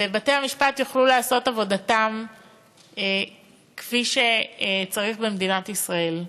ובתי-המשפט יוכלו לעשות את עבודתם כפי שצריך במדינת ישראל.